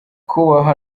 kubaha